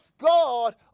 God